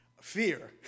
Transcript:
fear